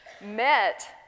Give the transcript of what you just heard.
met